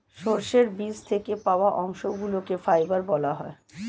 সর্ষের বীজ থেকে পাওয়া অংশগুলিকে ফাইবার বলা হয়